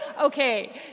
okay